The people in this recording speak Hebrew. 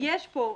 שם,